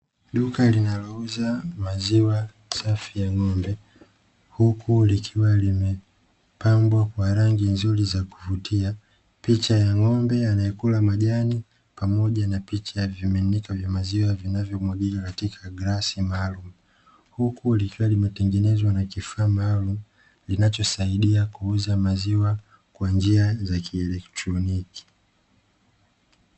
Duka linalouza maziwa safi ya ng'ombe huku likiwa limepambwa kwa rangi nzuri za kuvutia, picha ya ng'ombe anayekula majani pamoja na picha ya vimiminika mazima vivyomwagika katika glasi maalumu huku likiwa limetengenezwa na kifaa maalumu kinachosaidia kuuza maziwa kwa njia ya kielektroniki.